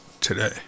today